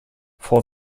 for